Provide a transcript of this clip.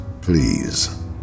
Please